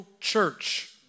church